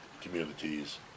communities